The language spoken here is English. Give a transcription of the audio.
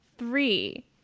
Three